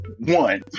one